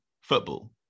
football